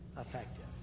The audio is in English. effective